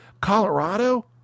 Colorado